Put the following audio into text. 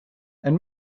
and